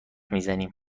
میزنیم